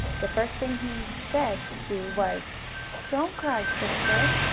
the first thing he said to sue was don't cry, sister!